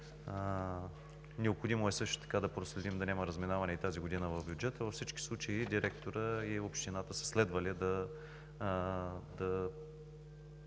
Необходимо е също така да проследим да няма разминаване и тази година в бюджета. Във всички случаи директорът и общината е следвало да